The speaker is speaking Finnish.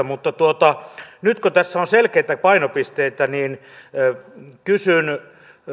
mutta nyt kun tässä on selkeitä painopisteitä niin kysyn